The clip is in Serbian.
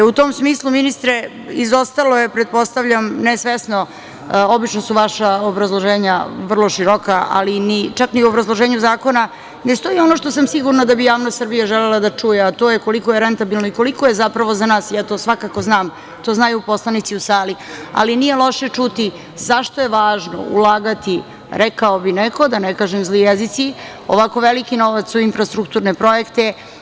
U tom smislu, ministre, izostalo je pretpostavljam ne svesno, obično su vaša obrazloženja vrlo široka, ali čak ni u obrazloženju zakona ne stoji ono što sam sigurna da bi javnost Srbije želela čuje, a to je koliko je rentabilno i koliko je zapravo za nas, ja to svakako znam, to znaju poslanici u sali, ali nije loše čuti – zašto je važno ulagati, rekao bi neko, da ne kažem zli jezici, ovako veliki novac u infrastrukturne projekte?